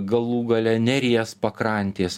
galų gale neries pakrantės